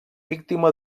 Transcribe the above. víctima